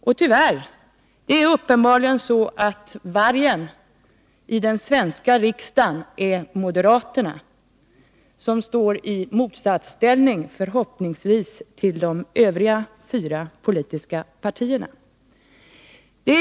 Och tyvärr är det uppenbarligen så att vargen i den svenska riksdagen är moderaterna, som förhoppningsvis står i motsatsställning till de övriga fyra politiska partierna.